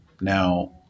Now